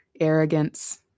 arrogance